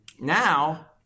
Now—